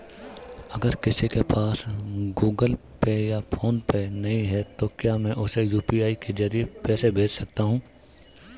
अगर किसी के पास गूगल पे या फोनपे नहीं है तो क्या मैं उसे यू.पी.आई के ज़रिए पैसे भेज सकता हूं?